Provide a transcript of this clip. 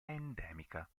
endemica